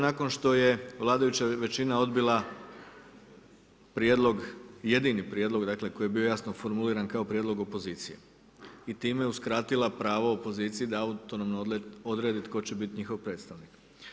Nakon što je vladajuća većina odbila prijedlog, jedini prijedlog, dakle koji je bio jasno formuliran kao prijedlog opozicije i time je uskratila pravo opoziciji da autonomno odredi tko će biti njihov predstavnik.